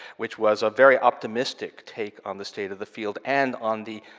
which was a very optimistic take on the state of the field, and on the,